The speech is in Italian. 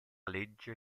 legge